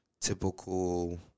typical